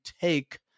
take